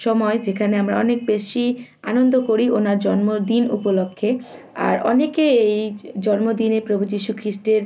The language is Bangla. সময় যেখানে আমরা অনেক বেশি আনন্দ করি ওনার জন্মদিন উপলক্ষে আর অনেকে এইজ জন্মদিনে প্রভু যীশু খিষ্টের